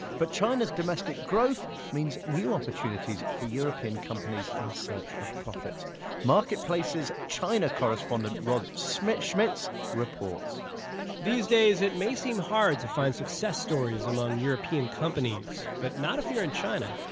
but china's domestic growth means new opportunities for european companies in search of profit marketplace's china correspondent rob schmitz schmitz reports these days, it may seem hard to find success stories among european companies. but not if you're in china